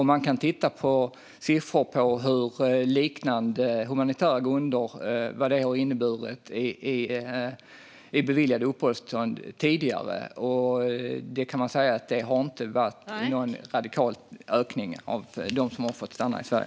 Man kan titta på siffror på vad liknande humanitära grunder har inneburit i beviljade uppehållstillstånd tidigare, och det har inte varit någon radikal ökning av det antal som har fått stanna i Sverige.